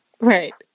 right